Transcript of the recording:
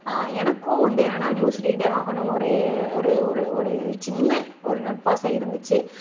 எனக்கும் வந்து என்னனா நியூஸ் ரீடர் ஆகணுன்னு ஒரு ஒரு ஒரு ஒரு சின்ன ஒரு நட்பாசை இருந்துச்சு